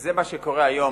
זה מה שקורה היום.